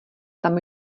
tam